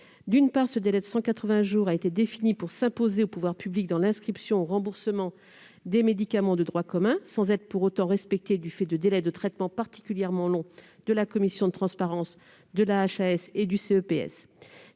D'une part, ce délai de 180 jours a été défini pour s'imposer aux pouvoirs publics dans l'inscription au remboursement des médicaments de droit commun, sans être pour autant respecté du fait de délais de traitement particulièrement longs de la commission de transparence de la Haute Autorité